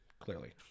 clearly